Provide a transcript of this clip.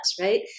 right